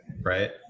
right